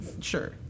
sure